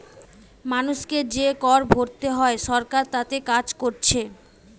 মানুষকে যে কর ভোরতে হয় সরকার তাতে কাজ কোরছে